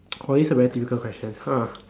oh this is a very difficult question !huh!